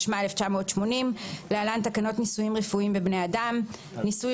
התשמ"א-1980 (להלן - תקנות ניסויים רפואיים בבני אדם); "ניסוי